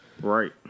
Right